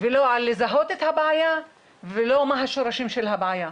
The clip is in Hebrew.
ולא על לזהות את הבעיה ולא מה השורשים של הבעיה,